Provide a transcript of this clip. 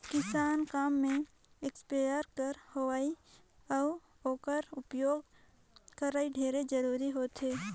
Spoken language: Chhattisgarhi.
किसानी काम में इस्पेयर कर होवई अउ ओकर उपियोग करई ढेरे जरूरी होथे